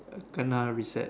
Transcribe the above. Kena reset